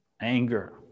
Anger